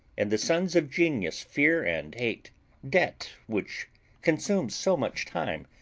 and the sons of genius fear and hate debt, which consumes so much time,